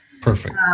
Perfect